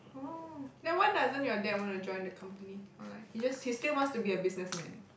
oh then why doesn't your dad wanna join the company or like he just he still wants to be a businessman